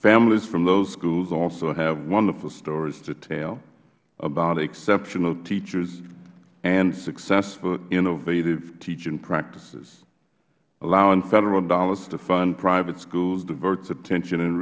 families from those schools also have wonderful stories to tell about exceptional teachers and successful innovative teaching practices allowing federal dollars to fund private schools diverts attention and